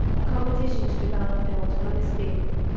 a competition to develop an autonomous vehicle,